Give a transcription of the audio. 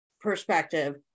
perspective